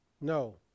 No